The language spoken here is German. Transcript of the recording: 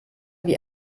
wie